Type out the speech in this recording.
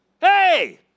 hey